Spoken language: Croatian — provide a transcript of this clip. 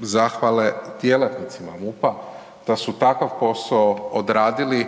zahvale djelatnicima MUP-a da su takav posao odradili